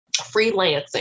freelancing